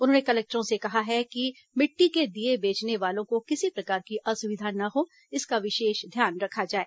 उन्होंने कलेक्टरों से कहा कि मिट्टी के दीये बेचने वालों को किसी प्रकार की असुविधा न हो इसका विशेष ध्यान रखा जाए